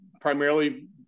primarily